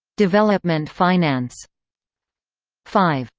development finance five.